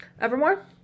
Evermore